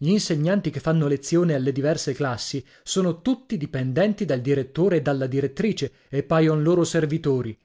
gli insegnanti che fanno lezione alle diverse classi sono tutti dipendenti dal direttore e dalla direttrice e paion loro servitori